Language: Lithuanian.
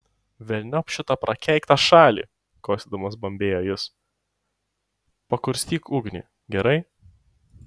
velniop šitą prakeiktą šalį kosėdamas bambėjo jis pakurstyk ugnį gerai